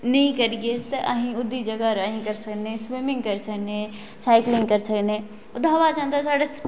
running करियै असें ओहदी जगह उपर अस करी सकने स्विमिंग करी सकने साइकलिंग करी सकने